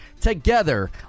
together